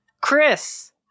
Chris